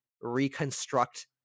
reconstruct